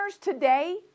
today